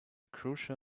crucial